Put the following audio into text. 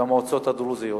והמועצות הדרוזיות,